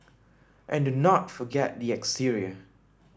and do not forget the exterior